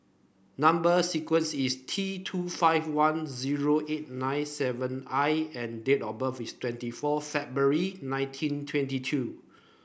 number sequence is T two five one zero eight nine seven I and date of birth is twenty four February nineteen twenty two